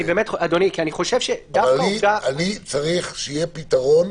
אני צריך שיהיה פתרון.